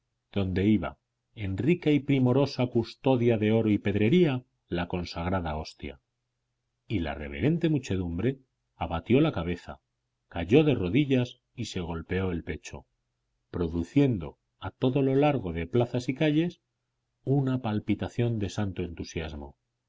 donde iba en rica y primorosa custodia de oro y pedrería la consagrada hostia y la reverente muchedumbre abatió la cabeza cayó de rodillas y se golpeó el pecho produciendo a todo lo largo de plazas y calles una palpitación de santo entusiasmo